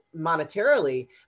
monetarily